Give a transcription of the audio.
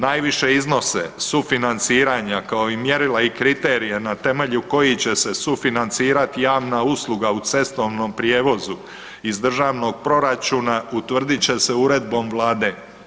Najviše iznose sufinanciranja kao i mjerila i kriterije na temelju kojih će se sufinancirati javna usluga u cestovnom prijevozu iz državnog proračuna utvrdit će se uredbom Vlade.